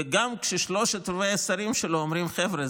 וגם כששלושת-רבעי השרים שלו אומרים: חבר'ה,